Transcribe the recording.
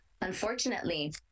Unfortunately